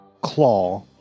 claw